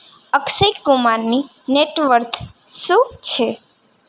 અક્ષય કુમારની નેટવર્થ શુું છે